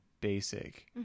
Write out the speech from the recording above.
basic